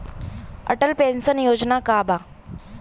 Atal pension योजना का बा?